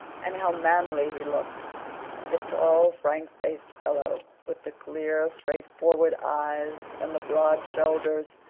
and how manly he looked the tall, frank-faced fellow, with the clear, straightforward eyes and the broad shoulders.